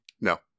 No